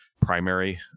primary